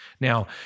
Now